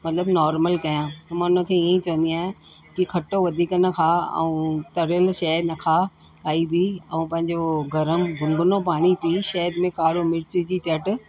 मतिलबु नॉर्मल कयां त मां हुन खे ईअं ई चवंदी आहियां की खटो वधीक न खा ऐं तरियलु शइ न खा काई बि ऐं पंहिंजो गर्म गुनगुनो पाणी पी शहद में कारो मिर्चु विझी चट